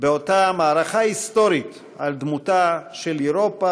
באותה מערכה היסטורית על דמותה של אירופה,